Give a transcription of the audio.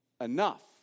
enough